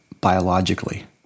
biologically